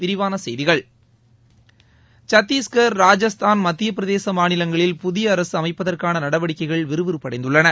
விரிவான செய்திகள் சத்தீஸ்கர் ராஜஸ்தான் மத்தியப்பிரதேச மாநிலங்களில் புதிய அரசு அமைப்பதற்கான நடவடிக்கைகள் விறுவிறுப்படைந்துள்ளன